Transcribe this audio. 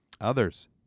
Others